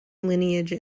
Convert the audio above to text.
lineage